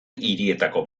hirietako